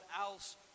else